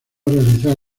realizar